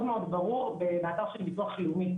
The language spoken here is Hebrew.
מאוד ברור באתר של המוסד לביטוח לאומי.